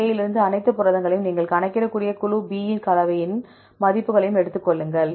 குழு A இலிருந்து அனைத்து புரதங்களையும் நீங்கள் கணக்கிடக்கூடிய குழு B கலவையின் மதிப்புகளையும் எடுத்துக் கொள்ளுங்கள்